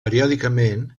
periòdicament